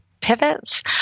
pivots